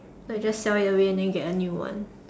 like just sell it away and then get a new one